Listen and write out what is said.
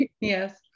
Yes